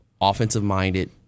offensive-minded